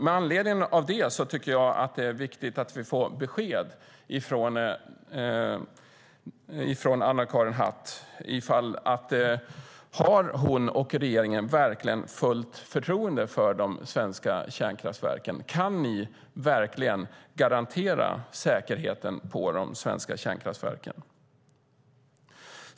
Med anledning av det tycker jag att det är viktigt att vi får besked från Anna-Karin Hatt. Har hon och regeringen verkligen fullt förtroende för de svenska kärnkraftverken? Kan ni verkligen garantera säkerheten på de svenska kärnkraftverken?